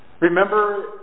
Remember